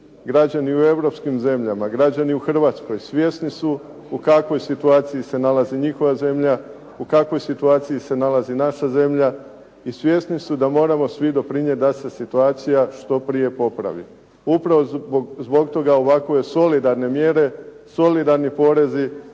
Građani u europskim zemljama, građani u Hrvatskoj svjesni su u kakvoj situaciji se nalazi njihova zemlja, u kakvoj situaciji se nalazi naša zemlja i svjesni su da moramo svi doprinijeti da se situacija što prije popravi. Upravo zbog toga ovako solidarne mjere, solidarni porezi